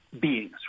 beings